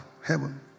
heaven